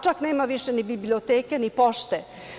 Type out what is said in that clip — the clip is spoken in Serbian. Čak nema više ni biblioteke, ni pošte.